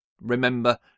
Remember